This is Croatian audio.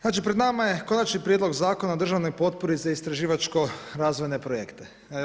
Znači pred nama je Konačni prijedlog zakona o državnoj potpori za istraživačko razvojne projekte.